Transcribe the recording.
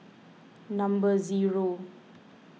number zero